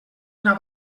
una